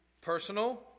personal